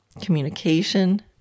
communication